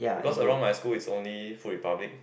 because around my school is only Food Republic